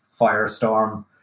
firestorm